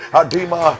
adima